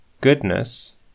Goodness